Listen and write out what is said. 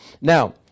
Now